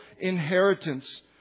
inheritance